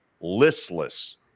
listless